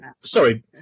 Sorry